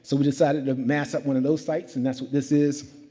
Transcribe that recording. so decided to mass up one of those sites. and that's what this is.